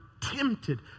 tempted